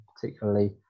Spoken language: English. particularly